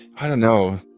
i don't know.